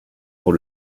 pour